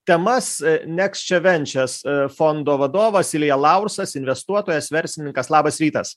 temas neksčevenčes fondo vadovas ilja laursas investuotojas verslininkas labas rytas